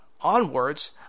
onwards